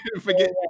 forget